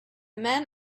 men